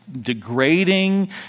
degrading